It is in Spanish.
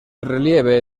relieve